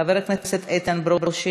חבר הכנסת מאיר כהן, אינו נוכח,